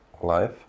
life